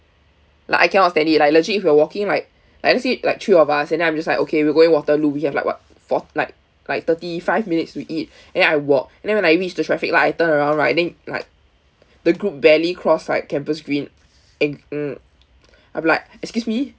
like I cannot stand it like legit if you're walking like like let's say like three of us and then I'm just like okay we're going waterloo we have like what fort~ like like thirty five minutes to eat and then I walk and then when I reach the traffic light I turn around right then like the group barely cross like campus green a~ mm I'm like excuse me